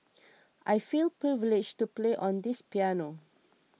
I feel privileged to play on this piano